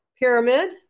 Pyramid